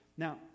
Now